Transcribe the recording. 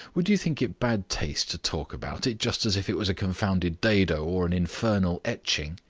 would you think it bad taste to talk about it just as if it was a confounded dado or an infernal etching?